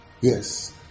Yes